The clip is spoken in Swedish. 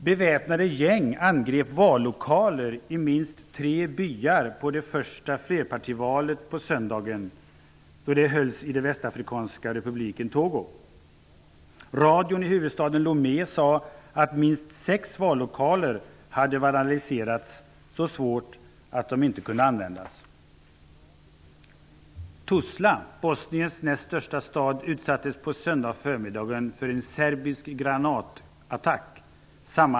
''Beväpnade gäng angrep vallokaler i minst tre byar då det första flerpartivalet på söndagen hölls i den västafrikanska republiken Togo. -- Radion i huvudstaden Lomé sade att minst sex vallokaler hade vandaliserats så svårt att de inte kunde användas.'' ''Tuzla, Bosniens näst största stad, utsattes på söndagsförmiddagen för en serbisk granatattack.